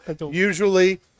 usually